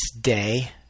day